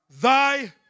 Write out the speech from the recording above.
thy